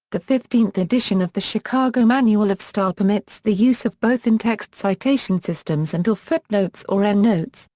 the fifteenth edition of the chicago manual of style permits the use of both in-text citation systems and or footnotes or endnotes,